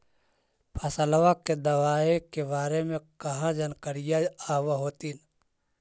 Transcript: फसलबा के दबायें के बारे मे कहा जानकारीया आब होतीन?